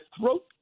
throat